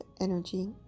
energy